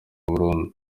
burundu